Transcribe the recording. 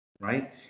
right